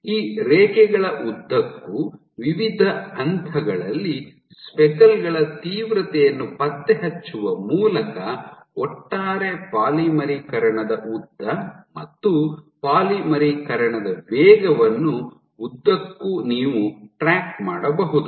ಈ ರೇಖೆಗಳ ಉದ್ದಕ್ಕೂ ವಿವಿಧ ಹಂತಗಳಲ್ಲಿ ಸ್ಪೆಕಲ್ ಗಳ ತೀವ್ರತೆಯನ್ನು ಪತ್ತೆಹಚ್ಚುವ ಮೂಲಕ ಒಟ್ಟಾರೆ ಪಾಲಿಮರೀಕರಣದ ಉದ್ದ ಮತ್ತು ಪಾಲಿಮರೀಕರಣದ ವೇಗವನ್ನು ಉದ್ದಕ್ಕೂ ನೀವು ಟ್ರ್ಯಾಕ್ ಮಾಡಬಹುದು